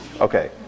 Okay